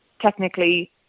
technically